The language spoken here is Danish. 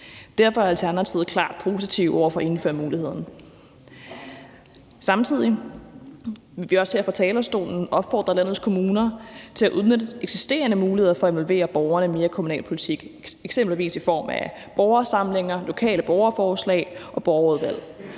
Derfor er Alternativet klart positive over for at indføre muligheden. Samtidig vil vi også her fra talerstolen opfordre landets kommuner til at udnytte eksisterende muligheder for at involvere borgerne mere i kommunalpolitik, eksempelvis i form af borgersamlinger, lokale borgerforslag og borgerudvalg.